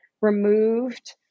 removed